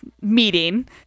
meeting